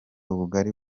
ubugari